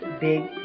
Big